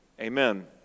amen